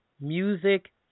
music